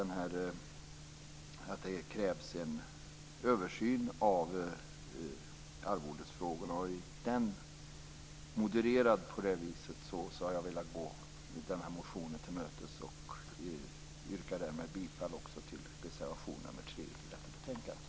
Vi menar att det krävs en översyn av arvodesfrågorna, och med en sådan moderering har jag velat gå motionen till mötes. Jag yrkar bifall till reservation nr